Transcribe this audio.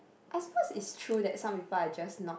I suppose it's true that some people are just not